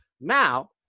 Now